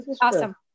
awesome